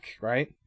right